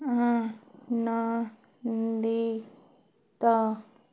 ଆନନ୍ଦିତ